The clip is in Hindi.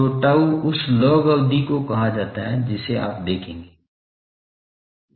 तो tau उस लॉग अवधि को कहा जाता है जिसे आप देखेंगे